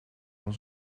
van